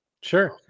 Sure